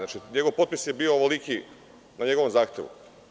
Njegov potpis je bio ovoliki o njegovom zahtevu.